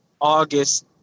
August